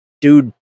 dude